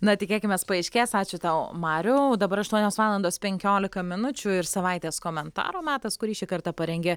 na tikėkimės paaiškės ačiū tau mariau o dabar aštuonios valandos penkiolika minučių ir savaitės komentarų metas kurį šį kartą parengė